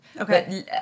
Okay